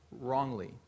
wrongly